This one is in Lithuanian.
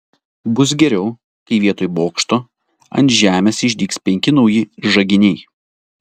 bus geriau kai vietoj bokšto ant žemės išdygs penki nauji žaginiai